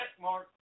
mark